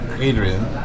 Adrian